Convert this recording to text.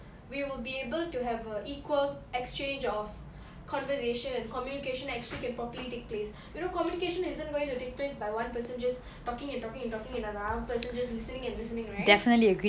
we will be able to have a equal exchange of conversation and communication actually can properly take place you know communication isn't going to take place by one person just talking and talking and talking and another person just listening and listening right